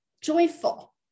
joyful